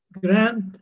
grant